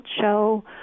show